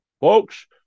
Folks